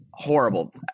Horrible